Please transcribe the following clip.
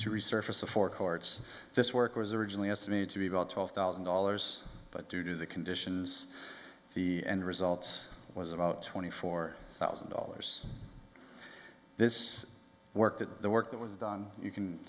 resurface the forecourts this work was originally estimated to be about twelve thousand dollars but due to the conditions the end results was about twenty four thousand dollars this work that the work that was done you can